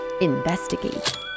Investigate